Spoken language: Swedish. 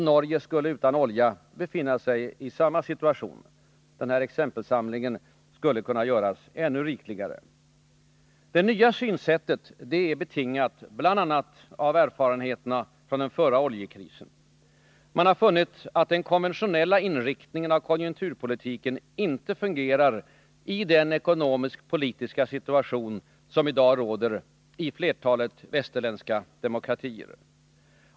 Norge skulle utan olja befinna sig i samma situation. Denna exempelsamling skulle kunna göras ännu rikligare. Det nya synsättet är betingat bl.a. av erfarenheterna från den förra oljekrisen. Man har funnit att den konventionella inriktningen av konjunkturpolitiken inte fungerar i den ekonomiskt-politiska situation som i dag råder i flertalet västerländska demokratier.